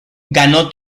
ganó